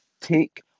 Take